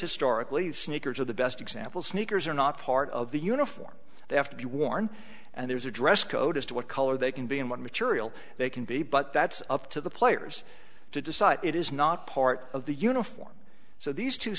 historically sneakers are the best example sneakers are not part of the uniform they have to be worn and there's a dress code as to what color they can be and what material they can be but that's up to the players to decide what it is not part of the uniform so these two